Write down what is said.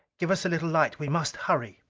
give us a little light we must hurry!